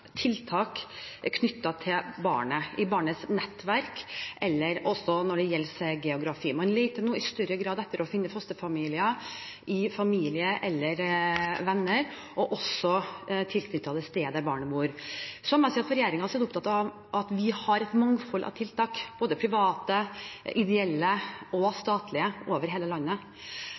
tiltak for barnet i barnets nettverk, også når det gjelder geografi. Man leter nå i større grad etter å finne fosterfamilier blant familie eller venner og også tilknyttet det stedet der barnet bor. Så må jeg si at regjeringen er opptatt av at vi har et mangfold av tiltak, både private, ideelle og statlige, over hele landet.